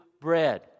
bread